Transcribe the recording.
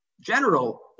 general